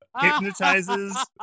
hypnotizes